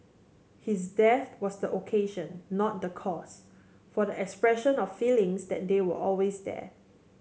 his death was the occasion not the cause for the expression of feelings that they were always there